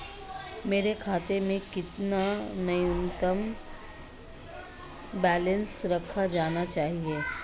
मेरे खाते में कितना न्यूनतम बैलेंस रखा जाना चाहिए?